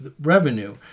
revenue